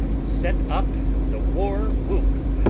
set up the war-whoop.